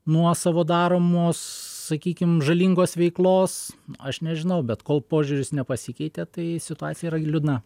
nuo savo daromos sakykim žalingos veiklos aš nežinau bet kol požiūris nepasikeitė tai situacija yra liūdna